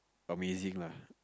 amazing lah